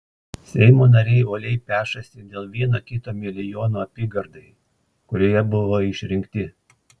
seimo nariai uoliai pešasi dėl vieno kito milijono apygardai kurioje buvo išrinkti